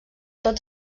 tots